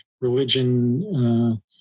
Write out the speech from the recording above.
religion